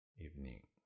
evening